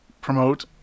promote